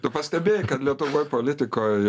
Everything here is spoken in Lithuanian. tu pastebėjai kad lietuvoj politikoj